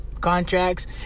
contracts